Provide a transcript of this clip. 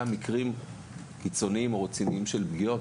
מקרים קיצוניים או רציניים של פגיעות.